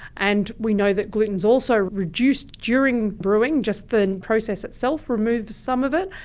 and we know that gluten is also reduced during brewing, just the process itself removes some of it.